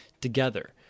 together